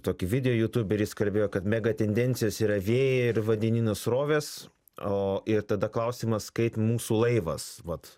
tokį video jutubėj ir jis kalbėjo kad megatendencijos yra vėjai ir vandenyno srovės o ir tada klausimas kaip mūsų laivas vat